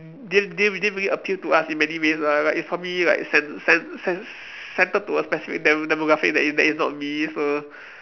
didn't didn't didn't really appeal to us in many ways ah like it's probably like cen~ cen~ cen~ centred to a specific demo~ demographic that is that is not me so